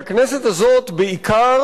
או שחיים כאן,